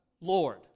Lord